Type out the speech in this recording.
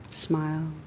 smile